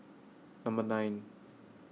Number nine